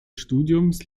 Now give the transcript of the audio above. studiums